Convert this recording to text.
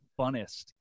funnest